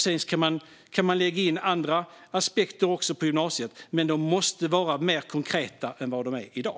Sedan kan man lägga in andra aspekter på gymnasiet, men de måste vara mer konkreta än vad de är i dag.